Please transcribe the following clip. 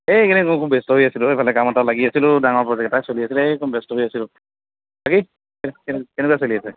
এই এইকেইদিন মই খুব ব্যস্ত হৈ আছিলো এফালে কাম এটাত লাগি অছিলো ডাঙৰ প্ৰজেক্ট এটা চলি আছিলে একদম ব্যস্ত হৈ আছিলো বাকী কে কেনেকুৱা চলি আছে